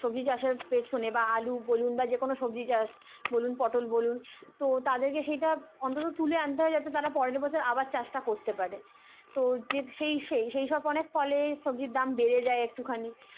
সবজি চাষের পেছনে বা আলু বলুন বা যে কোনো সবজি চাষ বলুন পটল বলুন তো তাদেরকে সেইটা অন্তত তুলে আনতে হয় যাতে তারা পরের বছর আবার চাষটা করতে পারে তো যে সেই সেই সেই সব অনেক ফলে সবজির দাম বেড়ে যায় একটুখানি